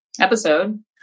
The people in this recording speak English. episode